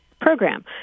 program